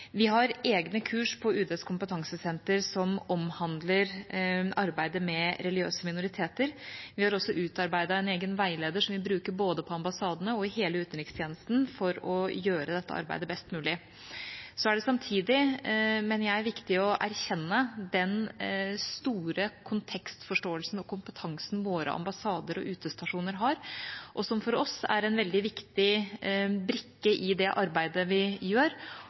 Vi har egne kurs på UDs kompetansesenter som omhandler arbeidet med religiøse minoriteter. Vi har også utarbeidet en egen veileder som vi bruker både på ambassadene og i hele utenrikstjenesten for å gjøre dette arbeidet best mulig. Samtidig mener jeg det er viktig å erkjenne den store kontekstforståelsen og kompetansen våre ambassader og utestasjoner har, og som for oss er en veldig viktig brikke i det arbeidet vi gjør.